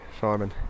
Simon